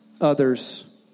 others